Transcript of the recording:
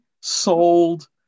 sold